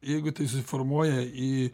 jeigu tai susiformuoja į